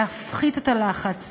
להפחית את הלחץ,